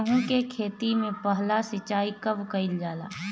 गेहू के खेती मे पहला सिंचाई कब कईल जाला?